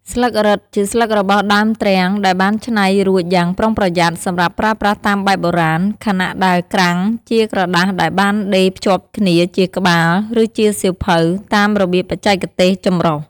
ស្លឹករឹត ជាស្លឹករបស់ដើមទ្រាំងដែលបានច្នៃរួចយ៉ាងប្រុងប្រយ័ត្ន សម្រាប់ប្រើប្រាស់តាមបែបបុរាណ ខណៈដែល "ក្រាំង" ជាក្រដាសដែលបានដេរភ្ជាប់គ្នាជាក្បាល ឬជាសៀវភៅ តាមរបៀបបច្ចេកទេសចំរុះ។